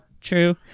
True